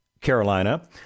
Carolina